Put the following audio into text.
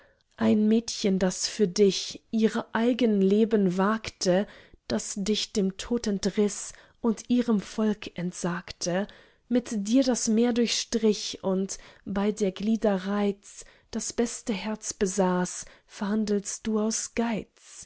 ein mädchen das für dich ihre eigen leben wagte das dich dem tod entriß und ihrem volk entsagte mit dir das meer durchstrich und bei der glieder reiz das beste herz besaß verhandelst du aus geiz